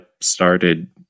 started